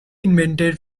invented